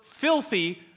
filthy